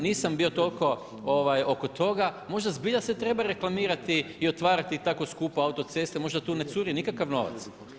Nisam bio toliko oko toga, možda zbilja se treba reklamirati i otvarati tako skupa autocesta, možda tu ne curi nikakav novac.